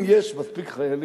אם יש מספיק חיילים,